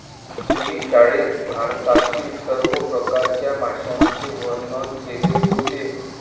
मी शाळेत भारतातील सर्व प्रकारच्या माशांचे वर्णन केले होते